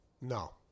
No